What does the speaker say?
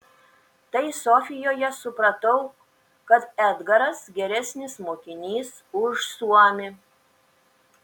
tai sofijoje supratau kad edgaras geresnis mokinys už suomį